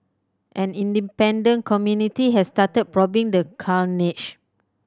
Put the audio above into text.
an independent community has started probing the carnage